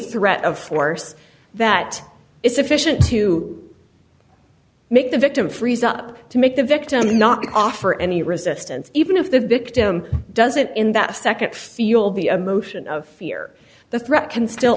threat of force that is sufficient to make the victim freeze up to make the victim not offer any resistance even if the victim doesn't in that nd fuel be a motion of fear the threat can still